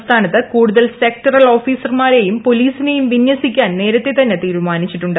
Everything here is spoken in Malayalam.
സംസ്ഥാനത്ത് കൂടുതൽ സെക്ടറൽ ഓഫീസർമാരെയും പോലീസിനെയും വിന്യാസിക്കാൻ നേരത്തെ തന്നെ തീരുമാനിച്ചിട്ടുണ്ട്